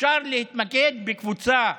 אפשר להתמקד בקבוצה קטנה,